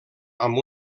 amb